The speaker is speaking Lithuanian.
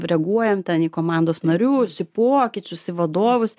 reaguojam į komandos narių pokyčius į vadovus